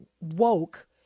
woke